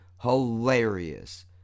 hilarious